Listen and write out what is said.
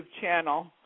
channel